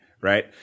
right